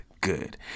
good